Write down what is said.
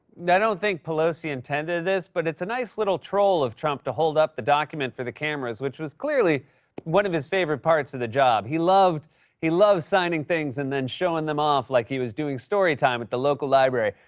i don't think pelosi intended this, but it's a nice, little troll of trump to hold up the document for the cameras, which was clearly one of his favorite parts of the job. he loved he loved signing things and then showing them off, like he was doing story time at the local library.